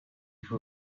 who